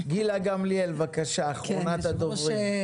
גילה גמליאלה, בבקשה אחרונת הדוברים.